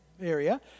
area